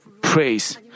praise